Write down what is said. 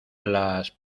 las